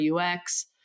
UX